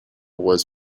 was